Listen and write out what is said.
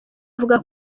avuga